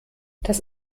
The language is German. das